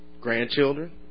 grandchildren